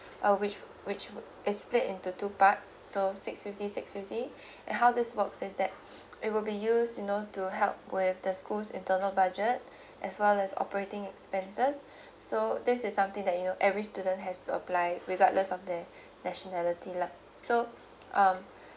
uh which which is split into two parts so six fifty six fifty and how this works is that it will be use you know to help with the schools internal budget as well as operating expenses so this is something that you know every student has to apply regardless of their nationality lah so uh